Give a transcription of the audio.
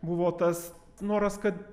buvo tas noras kad